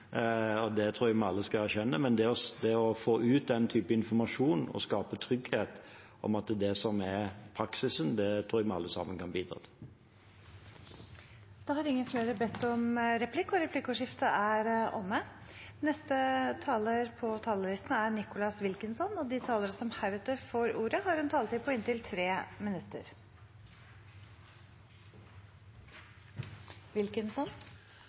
det tror jeg vi alle skal erkjenne, men å få ut den type informasjon og skape trygghet om at det er praksisen, tror jeg vi alle sammen kan bidra til. Replikkordskiftet er omme. De talere som heretter får ordet, har en taletid på inntil 3 minutter. Vår jobb er å hjelpe folk. Vår jobb er å lage lover og